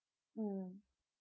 mm